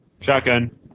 Shotgun